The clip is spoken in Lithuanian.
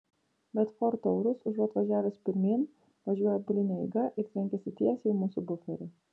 bet ford taurus užuot važiavęs pirmyn važiuoja atbuline eiga ir trenkiasi tiesiai į mūsų buferį